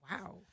Wow